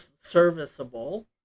serviceable